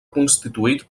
constituït